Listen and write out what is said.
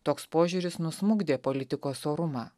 toks požiūris nusmukdė politikos orumą